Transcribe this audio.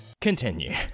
Continue